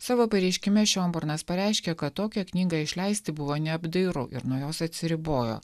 savo pareiškime šiomburnas pareiškė kad tokią knygą išleisti buvo neapdairu ir nuo jos atsiribojo